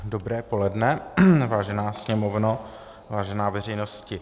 Dobré poledne, vážená sněmovno, vážená veřejnosti.